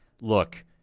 Look